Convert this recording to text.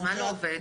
אז מה לא עובד?